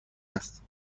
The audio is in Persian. است